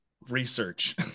research